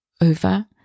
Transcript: over